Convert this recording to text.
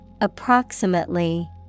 Approximately